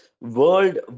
World